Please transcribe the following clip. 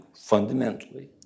fundamentally